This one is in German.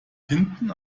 hinten